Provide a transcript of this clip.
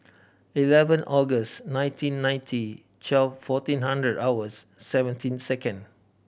eleven August nineteen ninety twelve fourteen hundred hours seventeen second